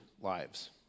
lives